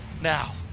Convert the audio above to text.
Now